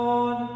Lord